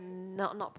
um not nope